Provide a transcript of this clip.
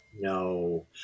No